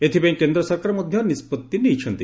ଏଥପାଇଁ କେନ୍ଦ୍ର ସରକାର ମଧ୍ଧ ନିଷ୍ବତ୍ତି ନେଇଛନ୍ତି